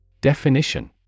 Definition